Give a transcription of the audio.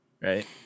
Right